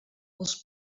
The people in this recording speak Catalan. els